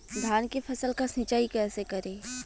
धान के फसल का सिंचाई कैसे करे?